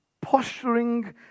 posturing